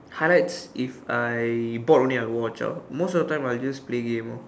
highlights if I bored only I'll watch ah most of the time I'll just play game orh